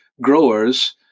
growers